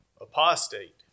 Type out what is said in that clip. apostate